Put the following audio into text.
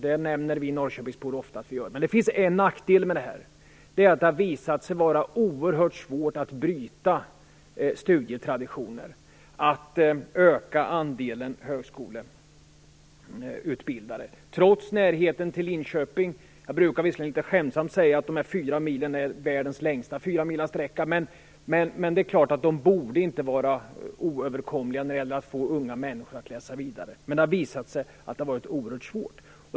Det nämner vi Norrköpingsbor ofta. Men det finns en nackdel med detta. Det har visat sig vara oerhört svårt att bryta studietraditioner och att öka andelen högskoleutbildade, trots närheten till Linköping. Jag brukar litet skämtsamt säga att dessa fyra mil är världens längsta fyramilssträcka. De borde inte vara oöverkomliga när det gäller att få unga människor att läsa vidare. Men det har visat sig att det har varit oerhört svårt.